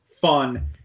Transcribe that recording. fun